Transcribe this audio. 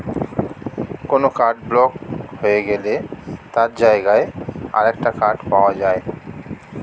কোনো card block হয়ে গেলে তার জায়গায় আরেকটা কার্ড পাওয়া যায়